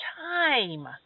time